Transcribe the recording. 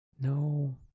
no